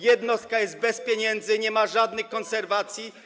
Jednostka jest bez pieniędzy, nie ma żadnych konserwacji.